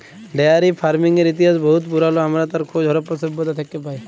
dairy ফারমিংয়ের ইতিহাস বহুত পুরাল আমরা তার খোঁজ হরপ্পা সভ্যতা থ্যাকে পায়